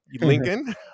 Lincoln